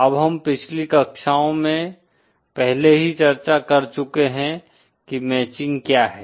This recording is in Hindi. अब हम पिछली कक्षाओं में पहले ही चर्चा कर चुके हैं कि मैचिंग क्या है